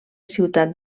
ciutat